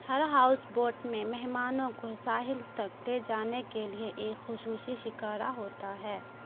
ہر houseboat میں مہمانوں کو ساحل تک لے جانے کے لیے ایک خصوصی شکارا ہوتا ہے